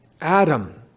Adam